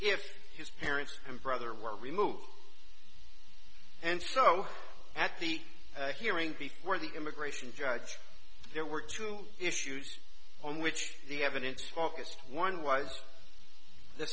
if his parents and brother were removed and so at the hearing before the immigration judge there were two issues on which the evidence focused one was the